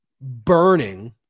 burning